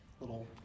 little